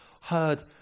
heard